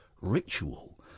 ritual